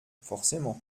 forcément